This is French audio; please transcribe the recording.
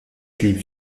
clips